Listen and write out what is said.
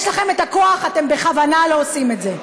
יש לכם כוח, אתם בכוונה לא עושים את זה.